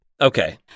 Okay